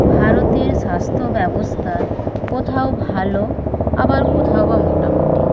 ভারতের স্বাস্থ্য ব্যবস্থা কোথাও ভালো আবার কোথাও বা মোটামোটি